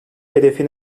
hedefi